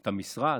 את המשרד,